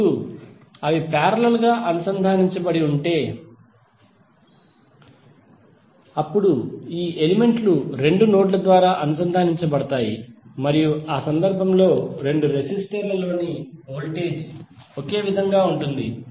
ఇప్పుడు అవి పారలెల్ గా అనుసంధానించబడి ఉంటే అప్పుడు ఈ ఎలిమెంట్లు రెండు నోడ్ల ద్వారా అనుసంధానించబడతాయి మరియు ఆ సందర్భంలో రెండు రెసిస్టర్ లలోని వోల్టేజ్ ఒకే విధంగా ఉంటుంది